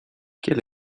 quel